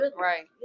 Right